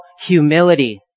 humility